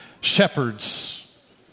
Shepherds